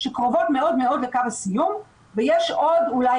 שקרובות מאוד מאוד לקו הסיום ויש עוד אולי